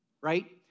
right